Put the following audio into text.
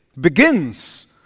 begins